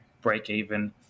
break-even